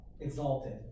exalted